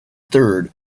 third